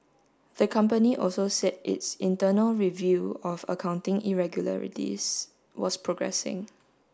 the company also said its internal review of accounting irregularities was progressing